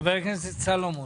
חבר הכנסת סולומון.